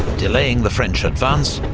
delaying the french advance,